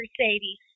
Mercedes